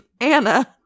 Anna